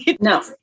No